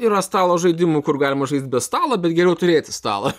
yra stalo žaidimų kur galima žaist be stalo bet geriau turėti stalą